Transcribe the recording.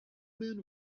men